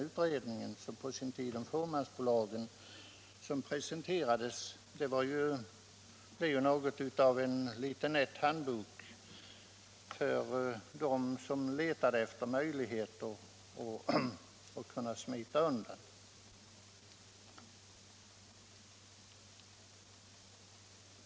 Utredningens betänkande blev något av en handbok för dem som letade efter möjligheter att smita undan beskattning.